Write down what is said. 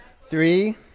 Three